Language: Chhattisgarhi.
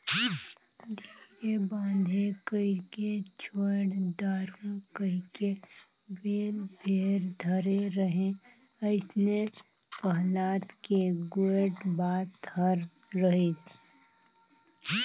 धीरे बांधे कइरके छोएड दारहूँ कहिके बेल भेर धरे रहें अइसने पहलाद के गोएड बात हर रहिस